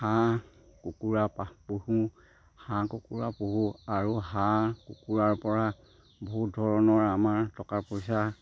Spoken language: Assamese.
হাঁহ কুকুৰা পুহো হাঁহ কুকুৰা পুহো আৰু হাঁহ কুকুৰাৰ পৰা বহুত ধৰণৰ আমাৰ টকা পইচা